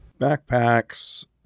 Backpacks